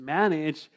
manage